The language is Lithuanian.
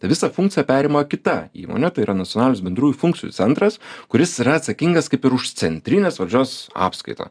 tą visą funkciją perima kita įmonė tai yra nacionalinis bendrųjų funkcijų centras kuris yra atsakingas kaip ir už centrinės valdžios apskaitą